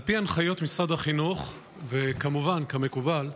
על פי הנחיות משרד החינוך, וכמובן כמקובל,